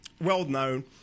well-known